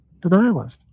denialist